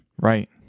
Right